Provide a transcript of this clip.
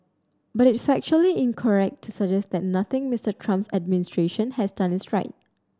but it is factually incorrect to suggest that nothing Mister Trump's administration has done is right